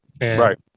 Right